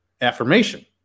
affirmation